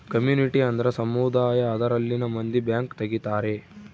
community ಅಂದ್ರ ಸಮುದಾಯ ಅದರಲ್ಲಿನ ಮಂದಿ ಬ್ಯಾಂಕ್ ತಗಿತಾರೆ